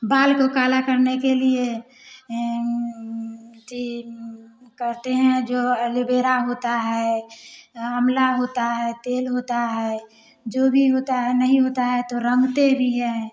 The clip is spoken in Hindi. बाल को काला करने के लिए करते हैं जो एलोवेरा होता है आंवला होता है तेल होता है जो भी होता है नहीं होता है तो रंगते भी हैं